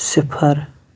صِفر